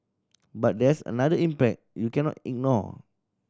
but there's another impact you cannot ignore